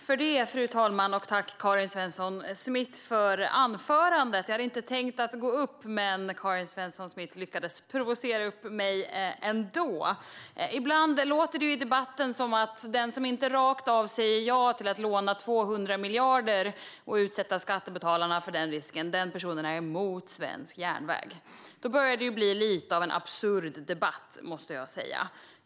Fru talman! Jag tackar Karin Svensson Smith för anförandet. Jag hade inte tänkt ta replik, men Karin Svensson Smith lyckades provocera upp mig ändå. Ibland låter det i debatten som att den person som inte rakt av säger ja till att låna 200 miljarder och utsätta skattebetalarna för den risken är emot svensk järnväg. Då börjar det bli en lite absurd debatt, måste jag säga.